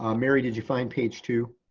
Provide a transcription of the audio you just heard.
um mary, did you find page two?